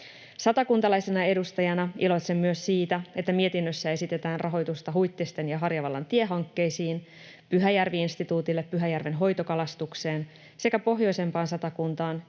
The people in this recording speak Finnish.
Satakuntalaisena edustajana iloitsen myös siitä, että mietinnössä esitetään rahoitusta Huittisten ja Harjavallan tiehankkeisiin, Pyhäjärvi-instituutille Pyhäjärven hoitokalastukseen sekä pohjoisempaan Satakuntaan